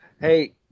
Hey